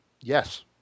Yes